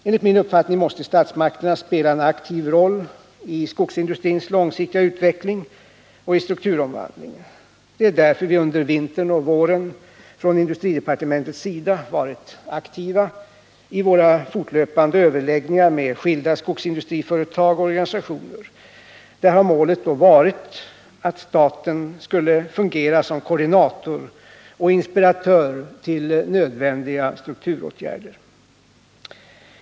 Enligt min uppfattning måste statsmakterna spela en aktiv roll i kogsindustrins långsiktiga utveckling och strukturomvandling. Det är därför vi under vintern och våren från industridepartementets sida har varit aktiva i våra fortlöpande överläggningar med skilda skogsindustriföretag och organisationer. Där har målet varit att staten skulle fungera som koordinator och inspiratör till nödvändiga strukturåtgärder.